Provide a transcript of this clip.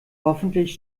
hoffentlich